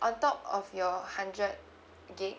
on top of your hundred gig